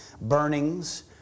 burnings